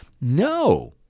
No